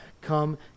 Come